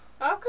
Okay